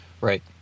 Right